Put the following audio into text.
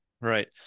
Right